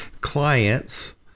clients